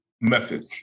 method